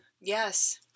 Yes